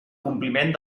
compliment